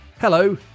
Hello